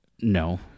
No